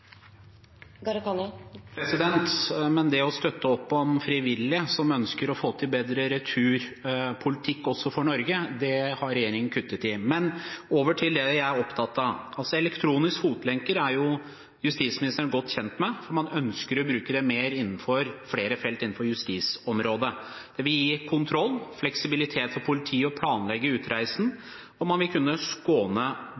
det. Men støtten til frivillige som ønsker å få til en bedre returpolitikk også for Norge, har regjeringen kuttet i. Men over til det jeg er opptatt av: Elektronisk fotlenke er justisministeren godt kjent med. Man ønsker å bruke det mer innen flere felt på justisområdet. Det vil gi kontroll, fleksibilitet for politiet til å planlegge